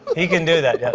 he can do that. yeah